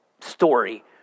story